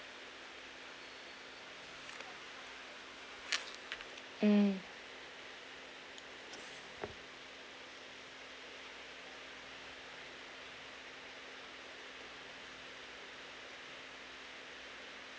mm